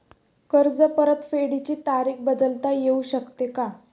कर्ज परतफेडीची तारीख बदलता येऊ शकते का?